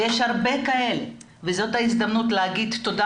ויש הרבה כאלה וזאת ההזדמנות להגיד תודה